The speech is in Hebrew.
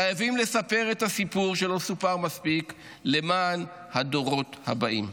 חייבים לספר את הסיפור שלא סופר מספיק למען הדורות הבאים.